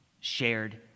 shared